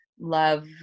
love